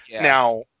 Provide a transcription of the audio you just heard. Now